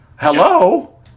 Hello